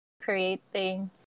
creating